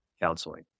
counseling